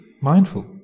mindful